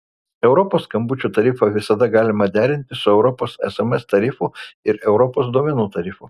europos skambučių tarifą visada galima derinti su europos sms tarifu ir europos duomenų tarifu